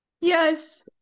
Yes